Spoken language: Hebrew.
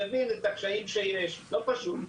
אני מבין את הקשיים שיש, זה לא פשוט.